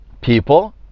people